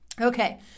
Okay